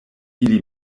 ili